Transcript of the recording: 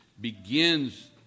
begins